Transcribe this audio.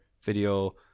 video